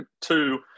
two